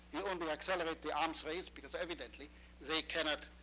we only accelerate the arms race, because evidently they cannot